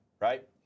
right